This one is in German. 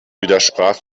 widersprach